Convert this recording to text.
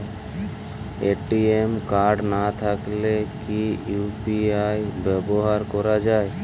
ATM card না থাকলে কি ইউ.পি.আই ব্যবহার করা য়ায়?